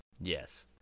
Yes